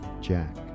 Jack